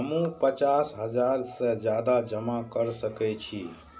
हमू पचास हजार से ज्यादा जमा कर सके छी?